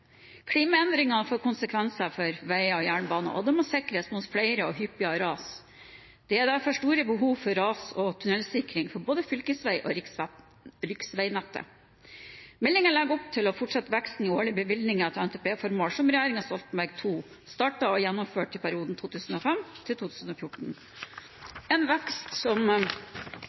Klimaendringene får konsekvenser for veier og jernbane, og det må sikres mot flere og hyppigere ras. Det er derfor store behov for ras- og tunnelsikring på både fylkes- og riksveinettet. Meldingen legger opp til å fortsette veksten i årlige bevilgninger til NTP-formål som regjeringen Stoltenberg II startet og gjennomførte i perioden 2005–2014, en vekst som